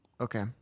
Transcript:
Okay